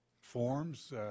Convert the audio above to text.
forms